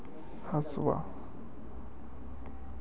काम समय श्रम एवं लागत वाले गेहूं के कटाई वाले औजार?